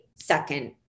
second